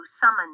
summon